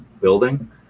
building